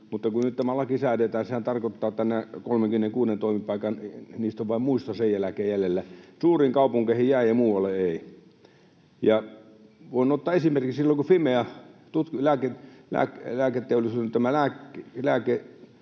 mutta kun nyt tämä laki säädetään, sehän tarkoittaa, että näistä 36 toimipaikasta on vain muisto sen jälkeen jäljellä. Suuriin kaupunkeihin jää, ja muualle ei. Voin ottaa esimerkin: Silloin kun Fimea, tämä lääkealan